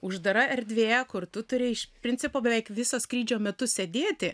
uždara erdvė kur tu turi iš principo beveik visą skrydžio metu sėdėti